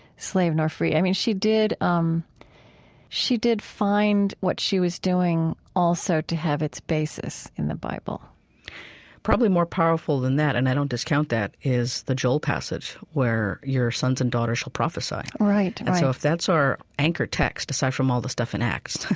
slave nor free. i mean, she did, um she did find what she was doing, also, to have its basis in the bible probably more powerful than that, and i don't discount that, is the joel passage where, your sons and daughters shall prophesy. right, right and so if that's our anchor text, aside from all the stuff in acts,